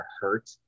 hurt